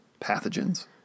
pathogens